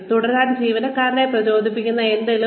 തുടരാൻ ജീവനക്കാരനെ പ്രചോദിപ്പിക്കുന്ന എന്തെങ്കിലും